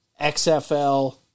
XFL